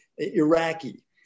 Iraqi